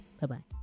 bye-bye